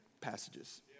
passages